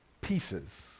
pieces